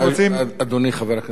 אדוני חבר הכנסת אייכלר,